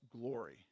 glory